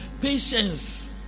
patience